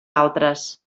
altres